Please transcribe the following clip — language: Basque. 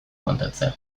mantentzea